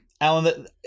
Alan